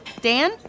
Dan